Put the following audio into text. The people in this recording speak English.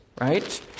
right